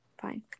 fine